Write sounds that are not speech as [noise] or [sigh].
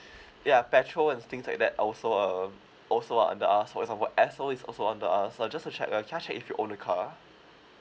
[breath] ya petrol and things like that also um also are under the us for example esso is also under us so just to check uh can I check if you own a car